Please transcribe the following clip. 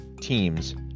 teams